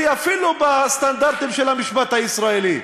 אפילו בסטנדרטים של המשפט הישראלי.